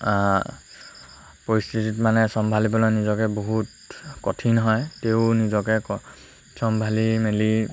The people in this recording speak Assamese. পৰিস্থিতিত মানে চম্ভালিবলৈ নিজকে বহুত কঠিন হয় তেও নিজকে চম্ভালি মেলি